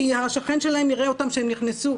כי השכן שלהם יראה אותם שהם נכנסו